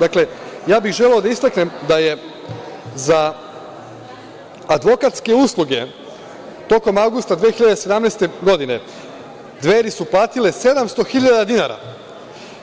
Dakle, želeo bih da istaknem da je za advokatske usluge tokom avgusta 2017. godine, Dveri su platile 700.000 dinara,